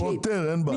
פותר, אין בעיה.